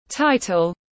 Title